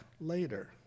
later